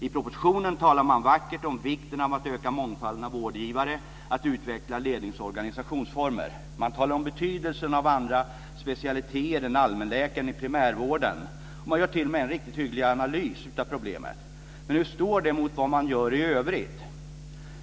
I propositionen talar man vackert om vikten av att öka mångfalden av vårdgivare och att utveckla lednings och organisationsformer. Man talar om betydelsen av andra specialiteter än allmänläkarens i primärvården. Man gör t.o.m. en riktigt hygglig analys av problemet. Men hur står detta mot vad man gör i övrigt?